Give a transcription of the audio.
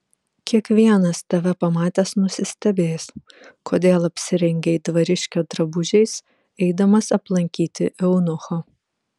kiekvienas tave pamatęs nusistebės kodėl apsirengei dvariškio drabužiais eidamas aplankyti eunucho